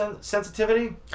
sensitivity